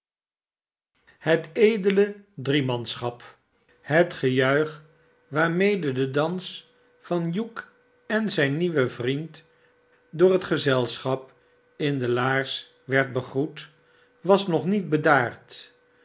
het edele dreemanschap het gejuich waarmede de dans van hugh en zijn nieuwen vriend door het gezelschap in de laars werd begroet was nog niet bedaard